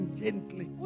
gently